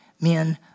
men